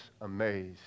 amazed